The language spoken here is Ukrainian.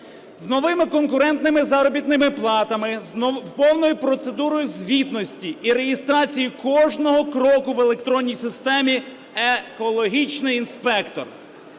З новими конкурентними заробітними платами, з повною процедурою звітності і реєстрації кожного кроку в електронній системі "Екологічний інспектор".